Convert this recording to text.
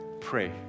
pray